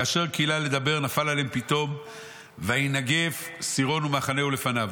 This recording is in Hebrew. וכאשר כילה לדבר נפל עליהם פתאום ויינגף סירון ומחנהו לפניו.